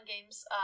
games